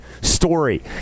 story